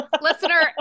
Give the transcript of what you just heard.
Listener